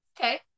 Okay